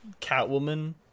Catwoman